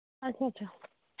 اَچھا اَچھا